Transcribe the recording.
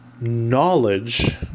knowledge